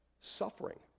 suffering